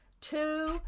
two